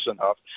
enough